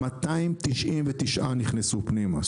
299 נכנסו פנימה.